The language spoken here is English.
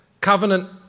Covenant